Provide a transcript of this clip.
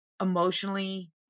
emotionally